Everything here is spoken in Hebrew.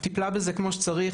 טיפלה בזה כמו שצריך,